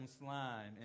slime